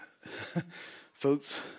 Folks